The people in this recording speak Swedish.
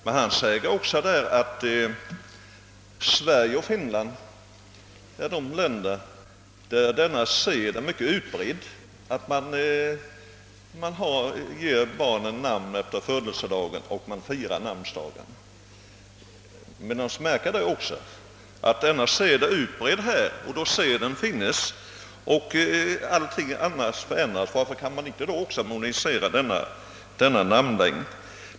Men där säger denne också att det i Sverige och Finland är en mycket utbredd sed att man ger barnen namn efter födelsedagen och alltså kan fira namnsdagen och födelsedagen samtidigt. Varför bör då inte almanackans namnlängd moderniseras, när allting annat förändras?